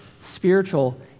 spiritual